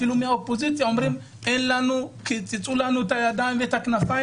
אפילו מהאופוזיציה אומרים שקיצצו לנו את הידיים והכנפיים